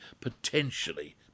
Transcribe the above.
potentially